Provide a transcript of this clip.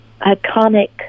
iconic